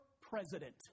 president